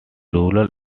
rural